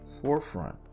forefront